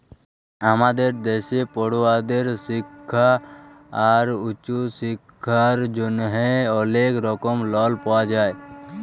আমাদের দ্যাশে পড়ুয়াদের শিক্খা আর উঁচু শিক্খার জ্যনহে অলেক রকম লন পাওয়া যায়